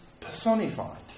personified